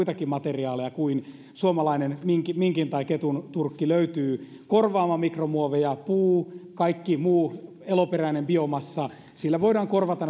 muitakin materiaaleja kuin suomalaisen minkin minkin tai ketun turkki löytyy korvaamaan mikromuoveja puulla kaikella muulla eloperäisellä biomassalla voidaan korvata